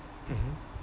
mmhmm